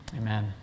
Amen